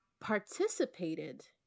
participated